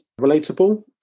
relatable